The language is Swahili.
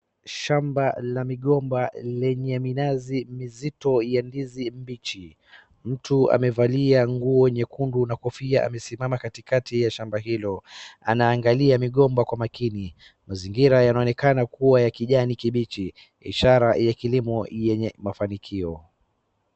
Shamba la migomba lenye minazi mizito ya ndizi mbichi, mtu amevalia nguo nyekundu na kofia amesimama katikati ya shamba hilo anaangalia migomba kwa makini, mazingira yanaonekana kuwa ya kijani kibichi ishara ya kilimo yenye mafanikio.